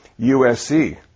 USC